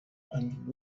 and